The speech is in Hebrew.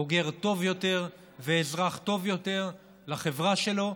בוגר טוב יותר ואזרח טוב יותר לחברה שלו.